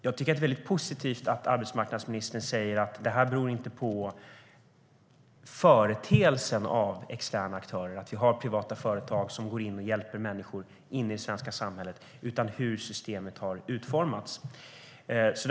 Jag tycker att det är mycket positivt att arbetsmarknadsministern säger att detta inte beror på företeelsen av externa aktörer, att vi har privata företag som går in och hjälper människor in i det svenska samhället, utan på hur systemet har utformats.